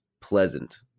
pleasant